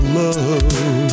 love